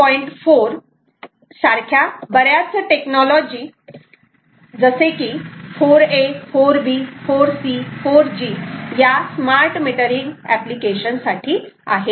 4 सारख्या बऱ्याच टेक्नॉलॉजी जसे की 4a 4b 4c 4g या स्मार्ट मीटरिंग एपलिकेशन साठी आहेत